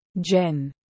Jen